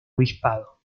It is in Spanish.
obispado